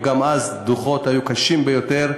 וגם אז הדוחות היו קשים מאוד,